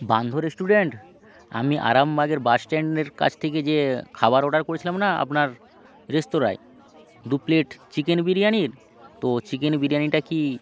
বান্ধ রেসটুরেন্ট আমি আরামবাগের বাস স্ট্যান্ডের কাছ থেকে যে খাবার অর্ডার করেছিলাম না আপনার রেস্তোরাঁয় দু প্লেট চিকেন বিরিয়ানির তো চিকেন বিরিয়ানিটা কি